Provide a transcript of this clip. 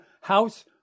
house